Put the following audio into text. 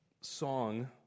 song